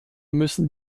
müssen